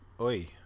Oi